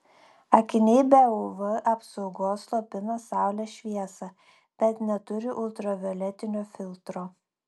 akiniai be uv apsaugos slopina saulės šviesą bet neturi ultravioletinio filtro